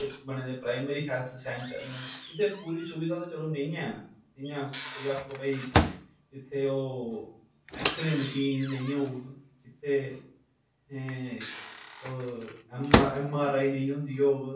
एह् बने दे प्रैमरी हैल्थ सैंटर न इत्थें पूरी सुविधा ते चलो नेंई हैन इयां कोई आक्खो भाई इत्थे ओह् ऐक्सरे मशीन नेंई होग ते ऐम आर आई नेंई होंदी होग